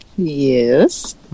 Yes